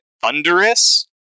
thunderous